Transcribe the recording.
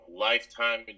lifetime